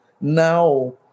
now